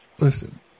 Listen